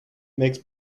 makes